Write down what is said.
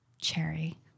cherry